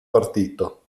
partito